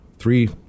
Three